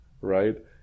Right